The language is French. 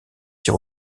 tir